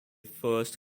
first